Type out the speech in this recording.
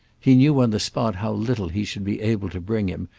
he knew on the spot how little he should be able to bring him,